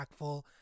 impactful